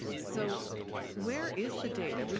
so where is the data?